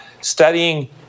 studying